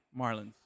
Marlins